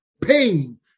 pain